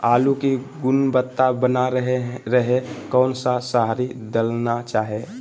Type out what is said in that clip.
आलू की गुनबता बना रहे रहे कौन सा शहरी दलना चाये?